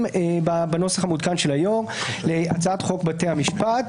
בנוסח המעודכן של היושב-ראש להצעת חוק בתי המשפט.